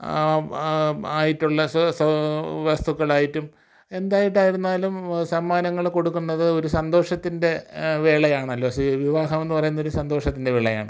ആയിട്ടുള്ള വസ്തുക്കളായിട്ടും എന്തായിട്ടായിരുന്നാലും സമ്മാനങ്ങൾ കൊടുക്കുന്നത് ഒരു സന്തോഷത്തിൻ്റെ വേളയാണല്ലോ വിവാഹമെന്ന് പറയുന്നത് ഒരു സന്തോഷത്തിൻ്റെ വേളയാണ്